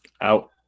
Out